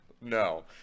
No